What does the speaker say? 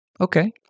Okay